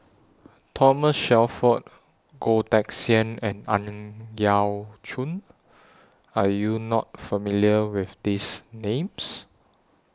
Thomas Shelford Goh Teck Sian and Ang Yau Choon Are YOU not familiar with These Names